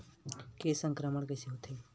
के संक्रमण कइसे होथे?